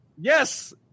yes